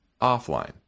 offline